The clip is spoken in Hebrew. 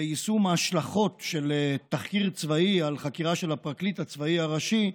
ביישום ההשלכות של תחקיר צבאי על חקירה של הפרקליט הצבאי הראשי,